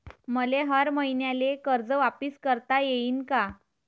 मले हर मईन्याले कर्ज वापिस करता येईन का?